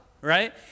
right